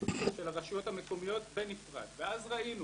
של הרשויות המקומיות בנפרד, ואז ראינו